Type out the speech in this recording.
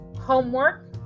homework